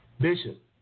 Bishop